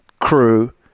crew